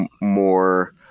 more